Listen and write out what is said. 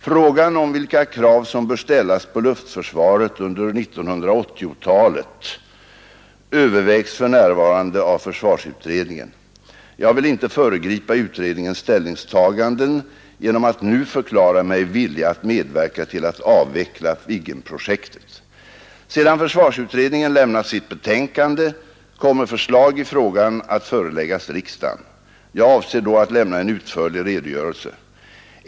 Frågan om vilka krav som bör ställas på luftförsvaret under 1980-talet övervägs för närvarande av försvarsutredningen. Jag vill inte föregripa utredningens ställningstaganden genom att nu förklara mig villig att medverka till att avveckla Viggenprojektet. Sedan försvarsutredningen lämnat sitt betänkande kommer förslag i frågan att föreläggas riksdagen. Jag avser då att lämna en utförlig redogörelse.